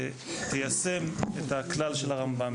תיישם את הכלל של הרמב"ם.